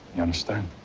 you understand?